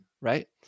Right